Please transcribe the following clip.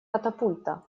катапульта